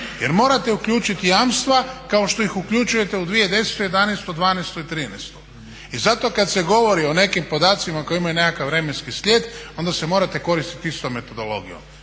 Jer morate uključiti jamstva kao što ih uključujte u 2010., 2011., 2012. i 2013. I zato kad se govori o neki podacima koji imaju nekakvi vremenski slijed onda se morate koristiti istom metodologijom.